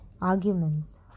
arguments